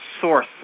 source